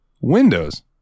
Windows